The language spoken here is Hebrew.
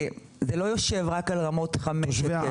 כי זה לא יושב רק על רמות חמש ושש.